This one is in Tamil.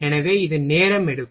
எனவே இது நேரம் எடுக்கும்